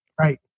right